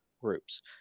groups